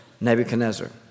Nebuchadnezzar